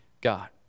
God